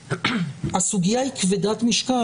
הסוגיה היא כבדת משקל.